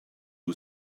who